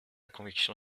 convection